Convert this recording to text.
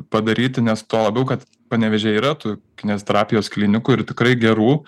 padaryti nes tuo labiau kad panevėžyje yra tu kineziterapijos klinikų ir tikrai gerų